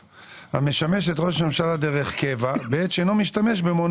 המשמש את ראש הממשלה דרך קבע בעת שאינו משתמש במעון